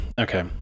Okay